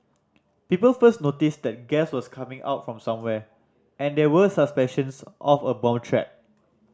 people first noticed that gas was coming out from somewhere and there were suspicions of a bomb threat